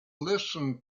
listen